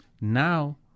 now